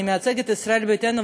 אני מייצגת את ישראל ביתנו,